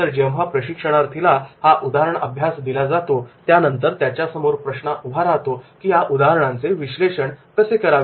तर जेव्हा प्रशिक्षणार्थी ला हा उदाहरणा अभ्यास दिला जातो त्यानंतर त्याच्यासमोर प्रश्न उभा राहतो की या उदाहरणांचे विश्लेषण कसे करावे